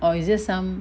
or is it some